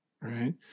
right